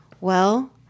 Well